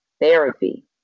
therapy